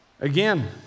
again